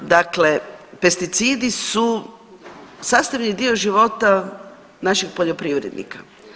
Dakle, pesticidi su sastavni dio života naših poljoprivrednika.